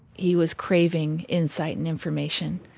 he was craving insight and information,